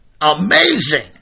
Amazing